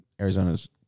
Arizona's